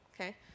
Okay